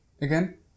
again